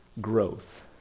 Growth